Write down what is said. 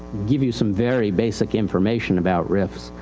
give you some very basic information about rifis. ah,